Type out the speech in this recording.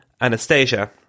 Anastasia